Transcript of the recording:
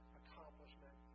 accomplishment